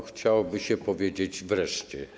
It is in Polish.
Chciałoby się powiedzieć: wreszcie.